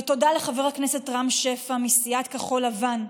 ותודה לחבר הכנסת רם שפע מסיעת כחול לבן,